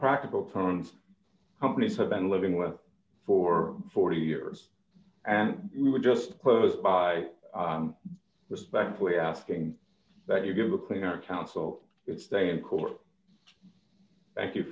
practical terms companies have been living with for forty years and we were just posed by respectfully asking that you give a cleaner counsel its day in court thank you